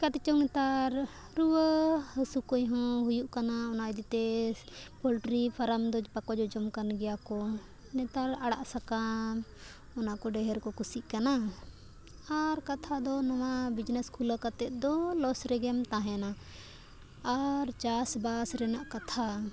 ᱪᱮᱠᱟ ᱛᱮᱪᱚᱝ ᱱᱮᱛᱟᱨ ᱨᱩᱣᱟᱹ ᱦᱟᱹᱥᱩ ᱠᱚᱭ ᱦᱚᱸ ᱦᱩᱭᱩᱜ ᱠᱟᱱᱟ ᱚᱱᱟ ᱤᱫᱤ ᱛᱮ ᱯᱳᱞᱴᱨᱤ ᱯᱷᱟᱨᱟᱢ ᱫᱚ ᱵᱟᱠᱚ ᱡᱚᱡᱚᱢ ᱠᱟᱱ ᱜᱮᱭᱟ ᱠᱚ ᱱᱮᱛᱟᱨ ᱟᱲᱟᱜ ᱥᱟᱠᱟᱢ ᱚᱱᱟ ᱠᱚ ᱰᱷᱮᱹᱨ ᱠᱚ ᱠᱩᱥᱤᱜ ᱠᱟᱱᱟ ᱟᱨ ᱠᱟᱛᱷᱟ ᱫᱚ ᱱᱚᱣᱟ ᱵᱤᱡᱽᱱᱮᱥ ᱠᱷᱩᱞᱟᱹᱣ ᱠᱟᱛᱮ ᱫᱚ ᱞᱚᱥ ᱨᱮᱜᱮᱢ ᱛᱟᱦᱮᱱᱟ ᱟᱨ ᱪᱟᱥ ᱵᱟᱥ ᱨᱮᱱᱟᱜ ᱠᱟᱛᱷᱟ